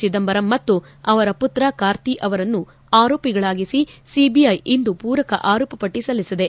ಚಿದಂಬರಂ ಮತ್ತು ಅವರ ಮತ್ರ ಕಾರ್ತಿ ಅವರನ್ನು ಆರೋಪಿಗಳಾಗಿಸಿ ಸಿಬಿಐ ಇಂದು ಪೂರಕ ಆರೋಪ ಪಟ್ಟಿ ಸಲ್ಲಿಸಿದೆ